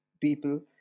people